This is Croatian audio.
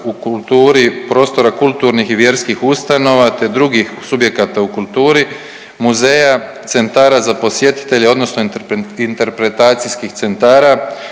u kulturi, prostora kulturnih i vjerskih ustanova, te drugih subjekata u kulturi, muzeja, centara za posjetitelje odnosno interpretacijskih centara,